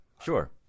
sure